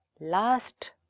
last